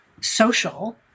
social